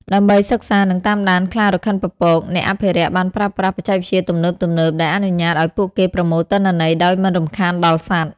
ដើម្បីសិក្សា និងតាមដានខ្លារខិនពពក អ្នកអភិរក្សបានប្រើប្រាស់ បច្ចេកវិទ្យាទំនើបៗ ដែលអនុញ្ញាតឲ្យពួកគេប្រមូលទិន្នន័យដោយមិនរំខានដល់សត្វ។